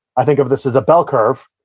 i think of this as a bell curve,